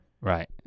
Right